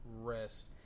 rest